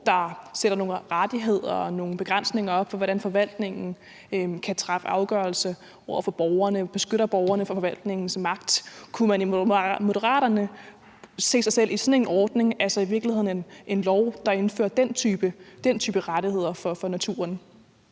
der giver nogle rettigheder og sætter nogle begrænsninger for, hvordan forvaltningen kan træffe afgørelse over for borgerne, og beskytter borgerne mod forvaltningens magt. Kunne man i Moderaterne se sig selv i sådan en ordning, altså i virkeligheden en lov, der indfører den type rettigheder for naturen?